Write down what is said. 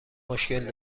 مشکل